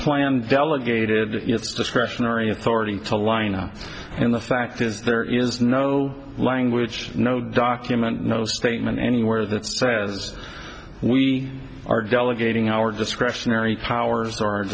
planned delegated discretionary authority to line up and the fact is there is no language no document no statement anywhere that says we are delegating our discretionary powers o